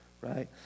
right